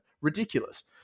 Ridiculous